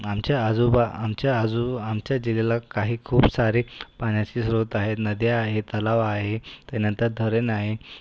आमच्या आजोबा आमच्या आजो आमच्या जिल्ह्याला काही खूप सारे पाण्याचे स्रोत आहे नद्या आहे तलाव आहे ते नंतर धरण आहे